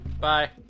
Bye